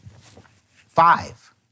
five